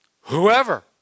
whoever